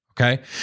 Okay